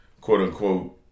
quote-unquote